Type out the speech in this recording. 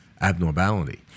abnormality